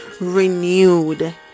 renewed